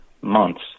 months